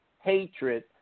hatred